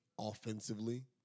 offensively